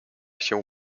się